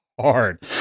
hard